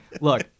Look